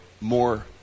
more